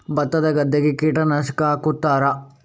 ಭತ್ತದ ಗದ್ದೆಗೆ ಕೀಟನಾಶಕ ಹಾಕುತ್ತಾರಾ?